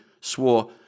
swore